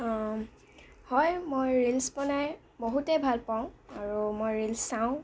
হয় মই ৰিলচ বনাই বহুতে ভালপাওঁ আৰু মই ৰিলচ চাওঁ